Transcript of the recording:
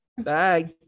bye